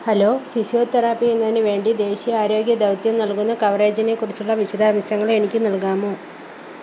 hello physiotherapy എന്നതിനുവേണ്ടി ദേശീയാരോഗ്യ ദൗത്യം നൽകുന്ന കവറേജിനെക്കുറിച്ചുള്ള വിശദാംശങ്ങൾ എനിക്ക് നൽകാമോ